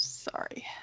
Sorry